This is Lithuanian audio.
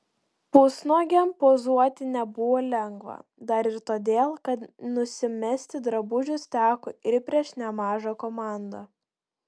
pusnuogiam pozuoti nebuvo lengva dar ir todėl kad nusimesti drabužius teko ir prieš nemažą komandą